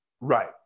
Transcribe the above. Right